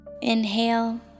Inhale